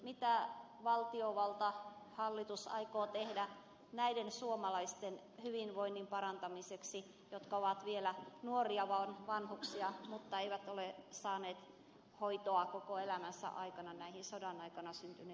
mitä valtiovalta hallitus aikoo tehdä näiden suomalaisten hyvinvoinnin parantamiseksi jotka ovat vanhuksia mutta eivät ole saaneet hoitoa koko elämänsä aikana näihin sodan aikana syntyneisiin traumoihin